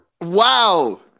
Wow